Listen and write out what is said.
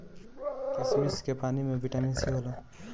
किशमिश के पानी में बिटामिन सी होला